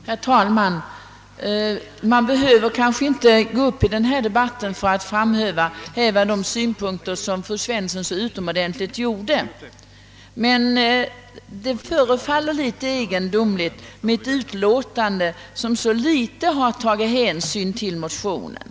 Herr talman! Jag behöver kanske inte gå upp i den här debatten för att ytterligare framhäva de synpunkter som fru Svensson redogjort för. Emellertid vill jag säga att det förefaller litet egendomligt med ett utlåtande, i vilket så föga hänsyn tagits till motionen.